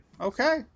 Okay